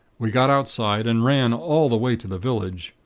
we got outside, and ran all the way to the village.